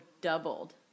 doubled